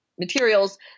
Materials